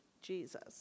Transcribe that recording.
Jesus